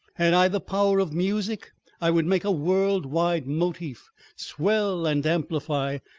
had i the power of music i would make a world-wide motif swell and amplify,